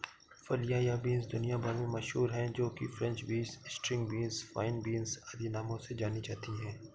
फलियां या बींस दुनिया भर में मशहूर है जो कि French beans, string beans, fine beans आदि नामों से जानी जाती है